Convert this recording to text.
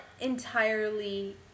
entirely